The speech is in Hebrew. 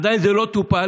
עדיין זה לא טופל,